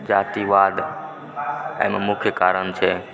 जातिवाद एहिमे मुख्य कारण छै